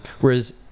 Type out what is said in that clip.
whereas